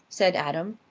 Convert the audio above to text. said adam.